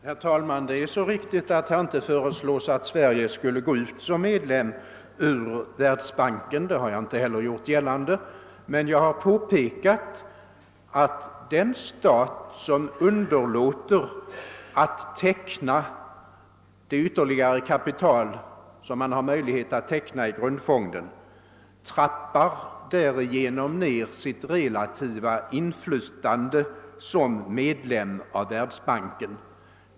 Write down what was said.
Herr talman! Det är så riktigt att i motionen inte föreslås att Sverige skul le gå ut ur världsbanken. Det har jag inte heller gjort gällande, men jag har påpekat att den stat som underlåter att teckna det ytterligare kapital, som man har möjlighet att teckna i grundfonden, därigenom trappar ned sitt relativa inflytande som medlem av världsbanken.